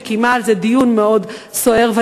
שקיימה על זה דיון מאוד סוער בוועדה לפניות הציבור,